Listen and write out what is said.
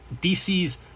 DC's